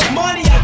money